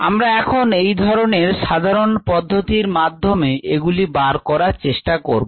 আমরা এখন এই ধরনের সাধারণ পদ্ধতির মাধ্যমে এগুলি বার করার চেষ্টা করব